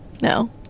no